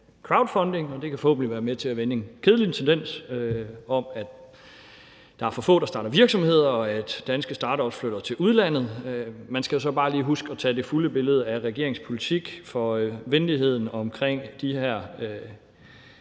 crowdfunding. Det kan forhåbentlig være med til at vende en kedelig tendens til, at der er for få, der starter virksomheder, og at danske startups flytter til udlandet. Man skal så bare lige huske at se på det fulde billede af regeringens politik, for venligheden over for de her